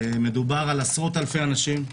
מדובר בעשרות-אלפי אנשים,